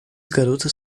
garotas